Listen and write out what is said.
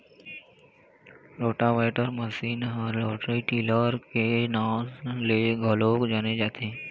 rotavator machine ह rotary tiller के नांव ले घलोक जाने जाथे